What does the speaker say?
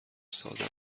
ساده